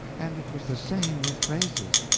and it was the same with phrases.